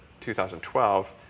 2012